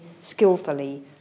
skillfully